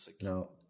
No